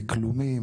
דקלומים,